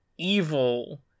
evil